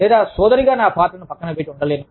లేదా సోదరిగా నా పాత్రను పక్కన పక్కన పెట్టి ఉండలేను